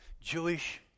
Jewish